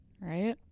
Right